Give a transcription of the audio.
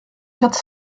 quatre